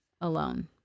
alone